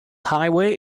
highway